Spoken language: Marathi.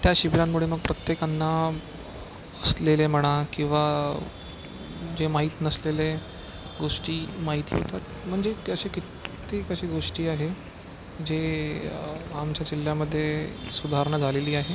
त्या शिबिरांमुळे मग प्रत्येकांना असलेले म्हणा किंवा जे माहीत नसलेले गोष्टी माहिती होतात म्हणजे ते असे कित्येक असे गोष्टी आहे जे आमच्या जिल्ह्यामध्ये सुधारणा झालेली आहे